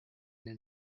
den